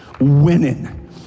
winning